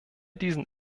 diesen